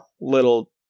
little